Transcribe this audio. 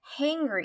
hangry